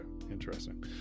Interesting